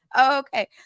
Okay